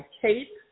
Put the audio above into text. cape